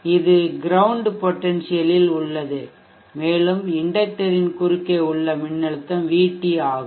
இது ground potential ல் உள்ளது மேலும் இண்டெக்டர்யின் குறுக்கே உள்ள மின்னழுத்தம் VT ஆகும்